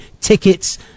Tickets